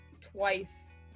twice